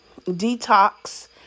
detox